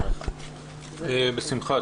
בשמחה.